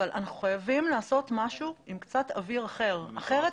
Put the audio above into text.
אנחנו חייבים לעשות משהו עם קצת אוויר אחר כי אחרת